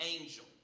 angel